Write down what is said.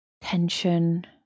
tension